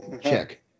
check